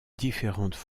différentes